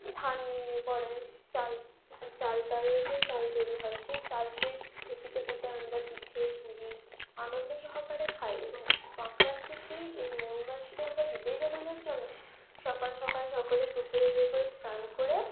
ধান নিয়ে করে চাল চালতা নতুন চাল তৈরি হয় সেই চালকে ঢেঁকিতে কুটে আমরা পিঠে পুলি আনন্দ সহকারে খাই এবং সংক্রান্তির দিন এই মল মাসকে আমরা বিদেয় জানানোর জন্য সকাল সকাল সকলে পুকুরে যেয়ে পরে স্নান করে